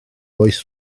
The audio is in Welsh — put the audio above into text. oes